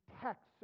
texts